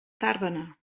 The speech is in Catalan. tàrbena